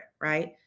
right